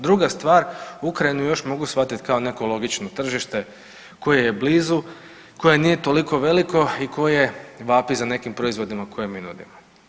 Druga stvar, Ukrajinu još mogu shvatiti kao neko logično tržište koje je blizu, koje nije toliko veliko i koje vapi za nekim proizvodima koje mi nudimo.